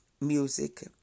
music